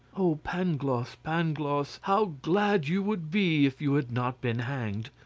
oh, pangloss! pangloss! how glad you would be if you had not been hanged!